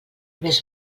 més